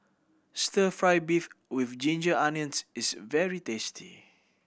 Stir Fry beef with ginger onions is very tasty